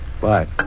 Bye